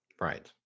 Right